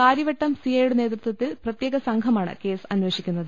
Karyavattom CI യുടെ നേതൃത്വത്തിൽ പ്രത്യേകസംഘമാണ് കേസ് അന്വേഷിക്കുന്നത്